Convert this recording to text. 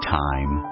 time